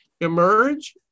emerge